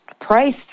price